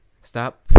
stop